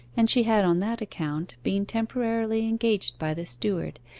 and she had on that account been temporarily engaged by the steward,